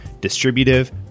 Distributive